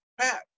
Pat